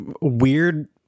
weird